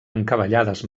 encavallades